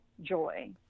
joy